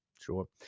sure